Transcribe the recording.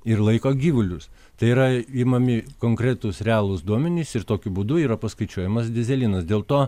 ir laiko gyvulius tai yra imami konkretūs realūs duomenys ir tokiu būdu yra paskaičiuojamas dyzelinas dėl to